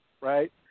right